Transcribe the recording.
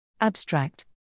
Abstract